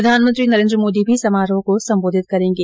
प्रधानमंत्री नरेन्द्र मोदी भी समारोह को संबोधित करेंगे